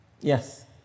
Yes